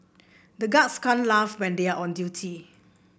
the guards can't laugh when they are on duty